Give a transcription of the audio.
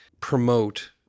promote